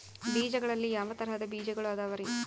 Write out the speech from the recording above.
ಬೇಜಗಳಲ್ಲಿ ಯಾವ ತರಹದ ಬೇಜಗಳು ಅದವರಿ?